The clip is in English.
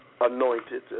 anointed